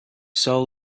soul